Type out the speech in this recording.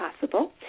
possible